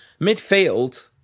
midfield